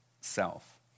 self